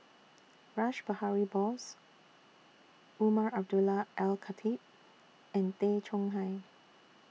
Rash Behari Bose Umar Abdullah Al Khatib and Tay Chong Hai